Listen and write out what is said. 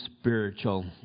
spiritual